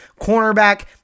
cornerback